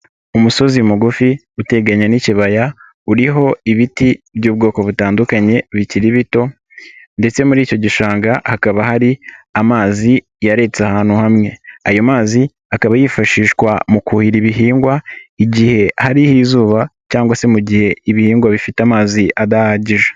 Umusozi mugufi uteganye n'ikibaya uriho ibiti by'ubwoko butandukanye bikiri bito, ndetse muri icyo gishanga hakaba hari amazi yaretse ahantu hamwe. Ayo mazi akaba yifashishwa mu kuhira ibihingwa, igihe hariho izuba cyangwa se mu gihe ibihingwa bifite amazi adahagije.